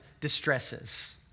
distresses